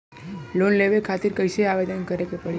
Loan लेवे खातिर कइसे आवेदन करें के पड़ी?